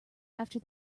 after